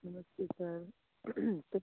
नमस्ते सर तो